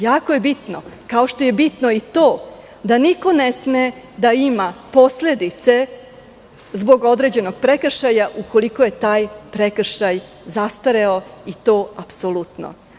Jako je bitno, kao što je bitno i to da niko ne sme da ima posledice zbog određenog prekršaja, ukoliko je taj prekršaj zastareo, i to apsolutno.